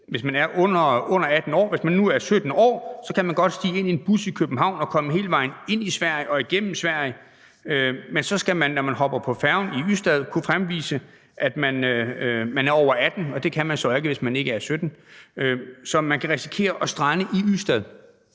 hvis man f.eks. er under 18 år. Hvis man nu er 17 år, kan man godt stige ind i en bus i København og komme hele vejen ind i Sverige og igennem Sverige, men når man så skal på færgen i Ystad, skal man kunne vise, at man er over 18 år. Det kan man så ikke, hvis man er 17 år. Så man kan risikere at strande i Ystad.